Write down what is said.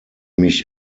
mich